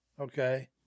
okay